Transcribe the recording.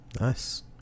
Nice